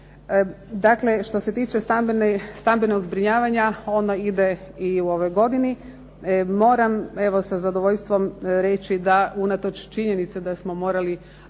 što se tiče stambenog zbrinjavanja ono ide i u ovoj godini. Moram evo sa zadovoljstvom reći, da unatoč činjenici da smo morali